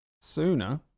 Sooner